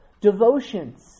Devotions